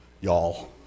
Y'all